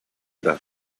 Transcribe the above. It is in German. das